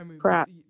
crap